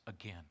again